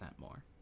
more